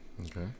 Okay